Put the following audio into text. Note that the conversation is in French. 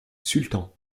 sultan